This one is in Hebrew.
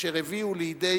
אשר הביאו לידי